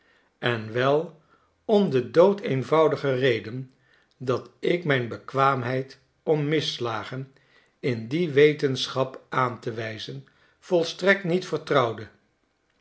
bedanken enwel om de doodeenvoudige reden dat ik mijn bekwaamheid om misslagen in die wetenschap aan te wijzen volstrekt niet vertrouwde